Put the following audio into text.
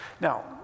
Now